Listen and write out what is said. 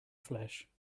flesh